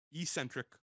eccentric